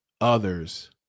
others